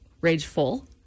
rageful